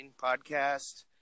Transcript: podcast